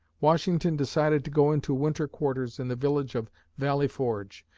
washington decided to go into winter quarters in the village of valley forge,